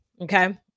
okay